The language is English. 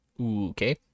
okay